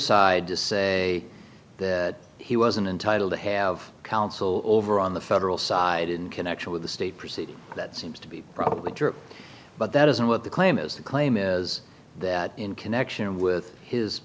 side to say he wasn't entitled to have counsel over on the federal side in connection with the state proceeding that seems to be probably true but that isn't what the claim is the claim is that in connection with his